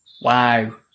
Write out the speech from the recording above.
wow